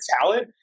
talent